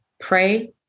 pray